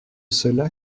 cela